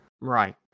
Right